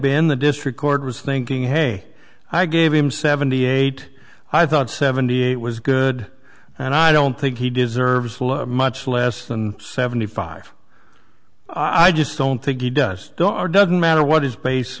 been the district court was thinking hey i gave him seventy eight i thought seventy eight was good and i don't think he deserves much less than seventy five i just don't think he does or doesn't matter what his base